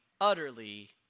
utterly